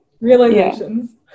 Realizations